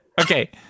Okay